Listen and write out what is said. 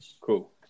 cool